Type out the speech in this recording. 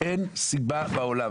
אין סיבה בעולם,